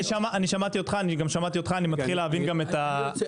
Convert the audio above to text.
שמעתי אותך ואני מתחיל להבין את הסיפור.